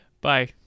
Bye